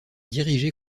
dirigée